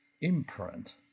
imprint